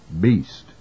beast